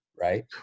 right